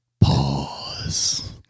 Pause